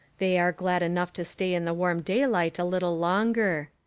they are glad enough to stay in the warm daylight a little longer.